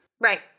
right